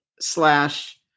slash